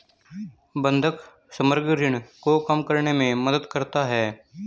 बंधक समग्र ऋण को कम करने में मदद करता है